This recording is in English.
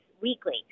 weekly